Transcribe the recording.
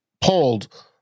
pulled